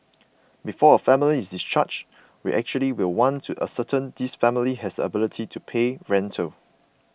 before a family is discharged we actually will want to ascertain this family has ability to pay rental